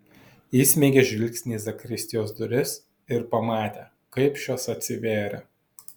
įsmeigė žvilgsnį į zakristijos duris ir pamatė kaip šios atsivėrė